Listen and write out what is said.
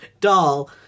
Doll